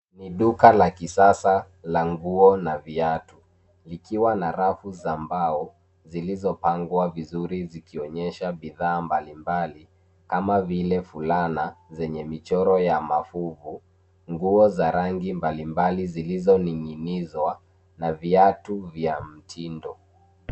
Ni duka la kisasa la nguo na viatu likiwa na rafu za mbao zilizopangwa vizuri zikionyesha bidhaa mbalimbali kama vile fulana zenye michoro ya mafuvu, nguo za rangi mbalimbali zilizoning'inizwa na viatu vya mtindo.